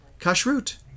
kashrut